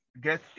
get